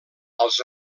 als